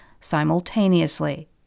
simultaneously